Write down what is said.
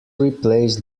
replaced